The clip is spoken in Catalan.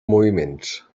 moviments